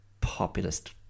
populist